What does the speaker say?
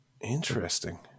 Interesting